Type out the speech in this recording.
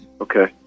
Okay